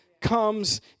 comes